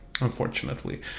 unfortunately